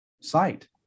sight